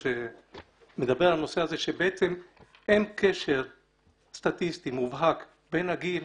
שמדבר על הנושא הזה שבעצם אין קשר סטטיסטי מובהק בין הגיל